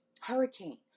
hurricane